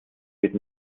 wird